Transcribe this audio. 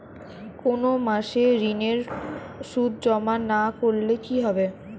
কোনো মাসে ঋণের সুদ জমা না করলে কি হবে?